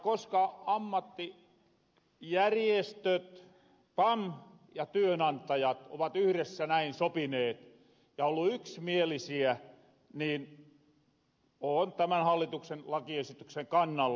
koska ammattijärjestöt pam ja työnantajat ovat yhressä näin sopineet ja ollu yksmielisiä niin oon tämän hallituksen lakiesityksen kannalla